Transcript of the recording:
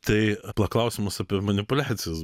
tai klausimas apie manipuliacijas